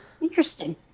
Interesting